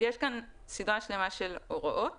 יש כאן סדרה שלמה של הוראות